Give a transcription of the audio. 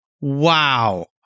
Wow